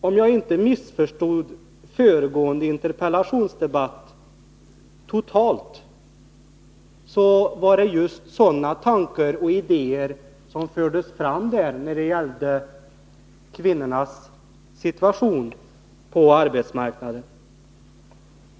Om jag inte missförstått föregående interpellationsdebatt totalt, var det just sådana tankar och idéer som där fördes fram när det gäller kvinnornas situation på arbetsmarknaden.